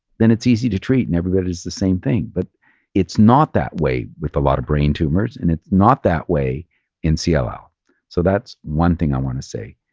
then it's easy to treat and everybody does the same thing. but it's not that way with a lot of brain tumors and it's not that way in so cll. so that's one thing i want to say.